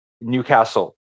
newcastle